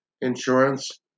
insurance